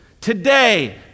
today